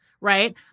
right